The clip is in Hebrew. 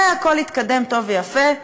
והכול התקדם טוב ויפה,